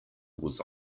was